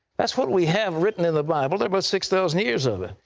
that's what we have written in the bible. there's about six thousand years of it.